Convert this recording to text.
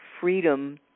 freedom